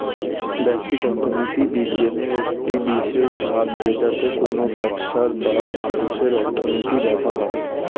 ব্যষ্টিক অর্থনীতি বিজ্ঞানের একটি বিশেষ ভাগ যেটাতে কোনো ব্যবসার বা মানুষের অর্থনীতি দেখা হয়